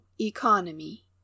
Economy